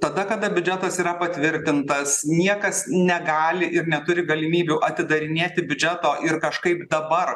tada kada biudžetas yra patvirtintas niekas negali ir neturi galimybių atidarinėti biudžeto ir kažkaip dabar